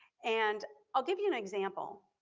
and i'll give you an example.